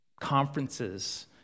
conferences